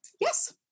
Yes